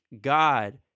God